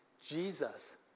Jesus